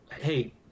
Hey